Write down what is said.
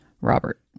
Robert